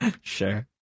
Sure